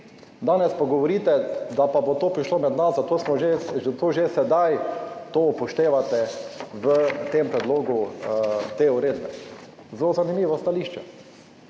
danes pa govorite, da pa bo to prišlo med nas, zato že sedaj to upoštevate v tem predlogu te uredbe. Zelo zanimivo stališče.